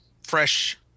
fresh